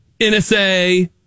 NSA